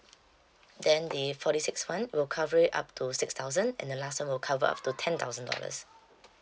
then the forty six [one] will cover it up to six thousand and the last one will cover up to ten thousand dollars